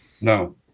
No